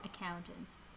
Accountants